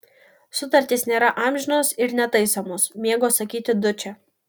sutartys nėra amžinos ir netaisomos mėgo sakyti dučė